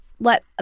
let